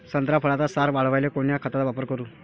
संत्रा फळाचा सार वाढवायले कोन्या खताचा वापर करू?